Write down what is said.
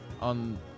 on